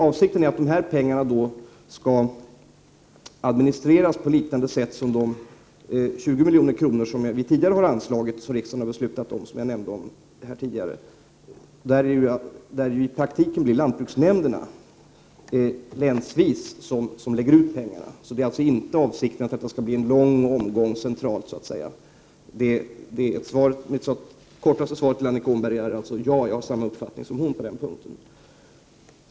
Avsikten är att dessa pengar skall administreras på ungefär samma sätt som de 20 milj.kr. som jag nämnde förut och som tidigare har anslagits efter beslut av riksdagen. I praktiken blir det då lantbruksnämnderna som länsvis delar ut pengarna. Avsikten är alltså inte att det skall bli en lång omgång centralt. Det kortaste svaret till Annika Åhnberg är alltså: Ja, jag har samma uppfattning som hon på denna punkt.